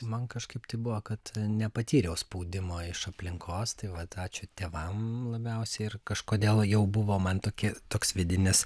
man kažkaip tai buvo kad nepatyriau spaudimo iš aplinkos tai vat ačiū tėvam labiausiai ir kažkodėl jau buvo man tokie toks vidinis